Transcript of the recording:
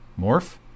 morph